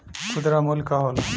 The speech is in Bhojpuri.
खुदरा मूल्य का होला?